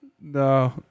No